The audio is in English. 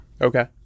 Okay